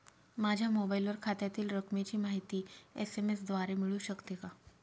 माझ्या मोबाईलवर खात्यातील रकमेची माहिती एस.एम.एस द्वारे मिळू शकते का?